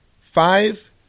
five